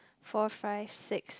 four five six